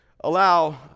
allow